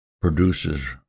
produces